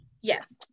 yes